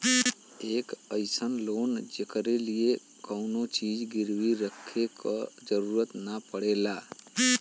एक अइसन लोन जेकरे लिए कउनो चीज गिरवी रखे क जरुरत न पड़ला